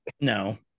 No